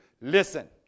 Listen